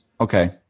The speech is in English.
Okay